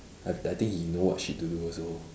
I I think he know what she doing also